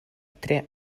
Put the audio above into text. tre